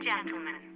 Gentlemen